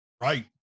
Right